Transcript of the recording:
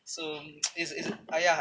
so it's it's !aiya!